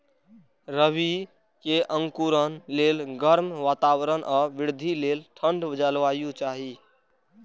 रबी के अंकुरण लेल गर्म वातावरण आ वृद्धि लेल ठंढ जलवायु चाही